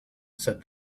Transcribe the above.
said